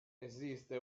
esiste